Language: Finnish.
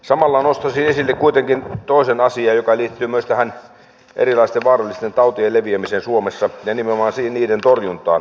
samalla nostaisin esille kuitenkin toisen asian joka liittyy myös tähän erilaisten vaarallisten tautien leviämiseen suomessa ja nimenomaan niiden torjuntaan